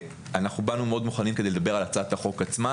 ואנחנו באנו מוכנים כדי לדבר על הצעת החוק עצמה